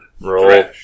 Roll